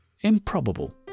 improbable